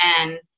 And-